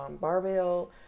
barbell